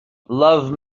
love